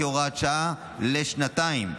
כהוראת שעה לשנתיים,